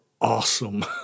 awesome